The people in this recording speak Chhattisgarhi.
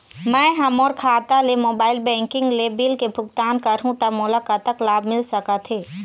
मैं हा मोर खाता ले मोबाइल बैंकिंग ले बिल के भुगतान करहूं ता मोला कतक लाभ मिल सका थे?